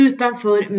Utanför